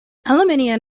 aluminium